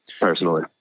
personally